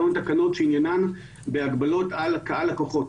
היו תקנות שעניינן בהגבלות על קהל לקוחות.